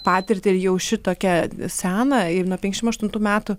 patirtį ir jau šitokią seną ir nuo penkiasdešimt aštuntų metų